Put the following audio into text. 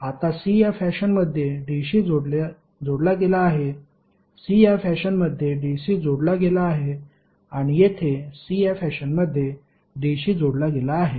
आता c या फॅशनमध्ये d शी जोडला गेला आहे c या फॅशनमध्ये d शी जोडला गेला आहे आणि येथे c या फॅशनमध्ये d शी जोडला गेला आहे